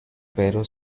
pedro